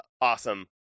awesome